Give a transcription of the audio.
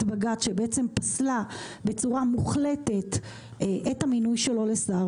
בג"ץ שפסלה בצורה מוחלטת את המינוי של לשר,